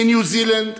מניו-זילנד,